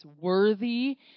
worthy